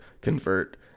convert